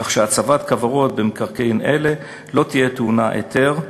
כך שהצבת כוורות במקרקעין אלה לא תהיה טעונה היתר,